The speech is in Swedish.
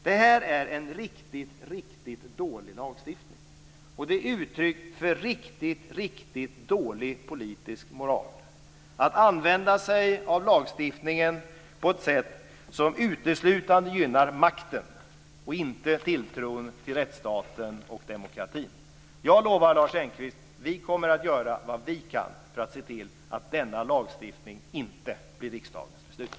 Det här är en riktigt, riktigt dålig lagstiftning. Det är också uttryck för riktigt, riktigt dålig politisk moral att använda sig av lagstiftningen på ett sätt som uteslutande gynnar makten och inte tilltron till rättsstaten och demokratin. Jag lovar, Lars Engqvist, att vi kommer att göra vad vi kan för att se till att denna lagstiftning inte blir riksdagens beslut.